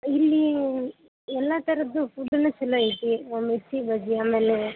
ಇಲ್ಲಿ ಎಲ್ಲಾ ಥರದ್ದು ಫುಡ್ ಎಲ್ಲ ಛಲೋ ಐತೆ ಒಂದು ಮಿರ್ಚಿ ಬಜ್ಜಿ ಆಮೇಲೆ